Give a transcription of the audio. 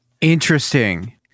Interesting